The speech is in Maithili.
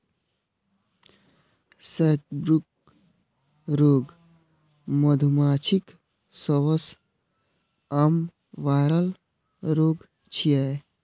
सैकब्रूड रोग मधुमाछीक सबसं आम वायरल रोग छियै